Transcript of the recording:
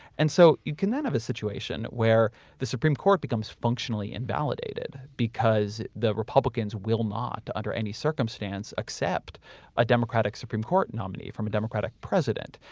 and so, you can then have a situation where the supreme court becomes functionally invalidated because the republicans will not, under any circumstance, accept a democratic supreme court nominee from a democratic president.